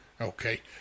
Okay